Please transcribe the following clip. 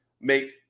make